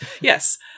Yes